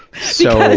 so,